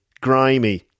grimy